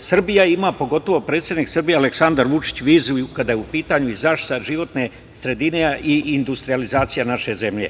Srbija ima, pogotovo predsednik Srbije Aleksandar Vučić, viziju kada je u pitanju i zaštita životne sredine i industrijalizacija naše